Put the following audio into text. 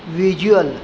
visual